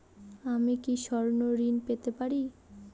আমি কি স্বর্ণ ঋণ পেতে পারি?